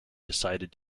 decided